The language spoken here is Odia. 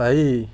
ଭାଇ